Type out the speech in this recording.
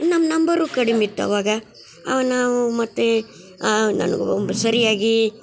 ನಮ್ಮ ನಂಬರು ಕಡಿಮೆ ಇತ್ತು ಅವಾಗ ಅವ ನಾವು ಮತ್ತು ಸರಿಯಾಗಿ